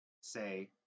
say